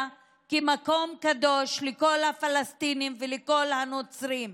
כמקום קדוש לכל הפלסטינים ולכל הנוצרים.